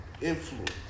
influence